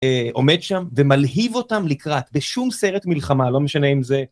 אה.. עומד שם ומלהיב אותם לקראת בשום סרט מלחמה, לא משנה אם זה...